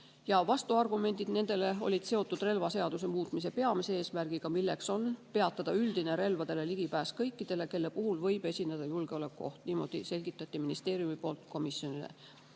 Vastuargumendid nendele olid seotud relvaseaduse muutmise peamise eesmärgiga, milleks on peatada kõikide nende üldine ligipääs relvadele, kelle puhul võib esineda julgeolekuoht. Niimoodi selgitati ministeeriumi poolt komisjonile.